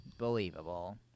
Unbelievable